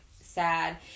sad